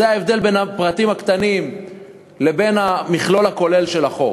זה ההבדל בין הפרטים הקטנים לבין המכלול הכולל של החוק.